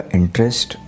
interest